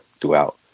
throughout